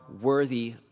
worthy